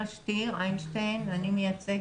בעמוד 2. מעסיק המעסיק יותר מ-365 עובדים יאסוף נתונים ויערוך,